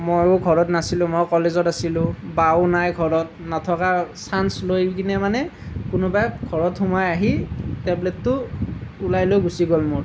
ময়ো ঘৰত নাছিলোঁ মই কলেজত আছিলোঁ বাও নাই ঘৰত নথকাৰ চাঞ্চ লৈ কিনি মানে কোনোবাই ঘৰত সোমাই আহি টেবলেটটো ওলাই লৈ গুচি গ'ল মোৰ